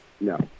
No